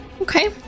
Okay